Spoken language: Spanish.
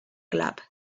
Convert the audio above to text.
club